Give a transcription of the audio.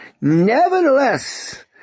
nevertheless